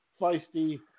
Feisty